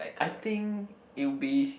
I think it would be